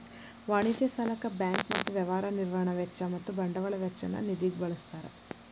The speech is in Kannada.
ವಾಣಿಜ್ಯ ಸಾಲಕ್ಕ ಬ್ಯಾಂಕ್ ಮತ್ತ ವ್ಯವಹಾರ ನಿರ್ವಹಣಾ ವೆಚ್ಚ ಮತ್ತ ಬಂಡವಾಳ ವೆಚ್ಚ ನ್ನ ನಿಧಿಗ ಬಳ್ಸ್ತಾರ್